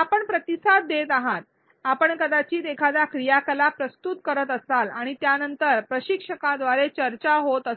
आपण प्रतिसाद देत आहात आपण कदाचित एखादा क्रियाकलाप प्रस्तुत करत असाल आणि त्यानंतर प्रशिक्षकाद्वारे चर्चा होत असेल